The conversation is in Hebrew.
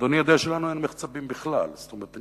אדוני יודע שלנו אין מחצבים בכלל, כלומר, אין